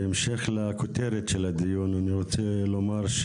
בהמשך לכותרת של הדיון אני רוצה לומר,